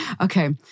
Okay